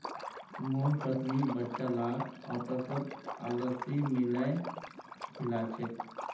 मोर पत्नी बच्चा लाक ओट्सत अलसी मिलइ खिला छेक